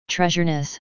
Treasureness